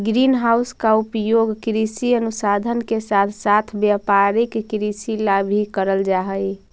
green house का उपयोग कृषि अनुसंधान के साथ साथ व्यापारिक कृषि ला भी करल जा हई